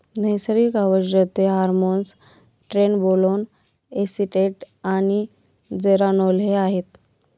नैसर्गिक औषधे hormones trenbolone acetate आणि जेरानोल हे आहेत